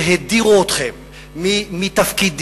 שהדירו אתכם מתפקידים,